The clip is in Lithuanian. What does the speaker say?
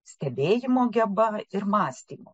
stebėjimo geba ir mąstymu